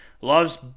loves